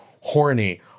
horny